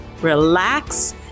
relax